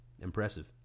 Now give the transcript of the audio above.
impressive